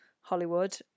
Hollywood